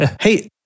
Hey